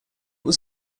was